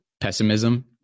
pessimism